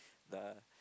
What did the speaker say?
the